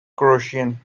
croatian